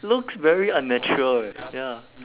looks very unnatural eh ya